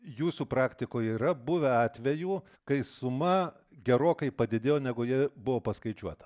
jūsų praktikoje yra buvę atvejų kai suma gerokai padidėjo negu jie buvo paskaičiuota